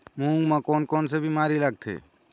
मूंग म कोन कोन से बीमारी लगथे?